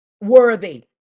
Worthy